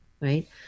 Right